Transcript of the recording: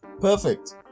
Perfect